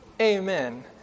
Amen